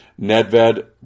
Nedved